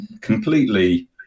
completely